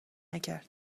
نکرد